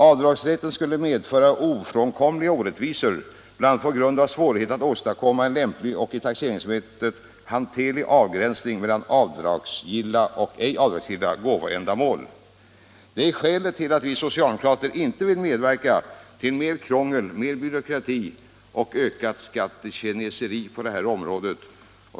Avdragsrätten skulle också medföra ofrånkomliga orättvisor, bl.a. på grund av svårigheten att åstadkomma en lämplig och i taxeringsarbetet hanterlig avgränsning mellan avdragsgilla och ej avdragsgilla gåvoändamål.” Det är skälet till att vi socialdemokrater inte vill medverka till mer krångel, mer byråkrati och ökat skattekineseri på det här området.